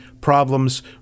problems